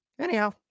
Anyhow